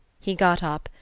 he got up,